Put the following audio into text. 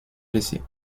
blessés